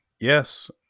Yes